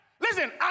Listen